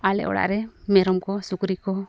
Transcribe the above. ᱟᱞᱮ ᱚᱲᱟᱜ ᱨᱮ ᱢᱮᱨᱚᱢ ᱠᱚ ᱥᱩᱠᱨᱤ ᱠᱚ